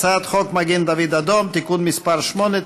הצעת חוק מגן דוד אדום (תיקון מס' 8),